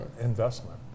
investment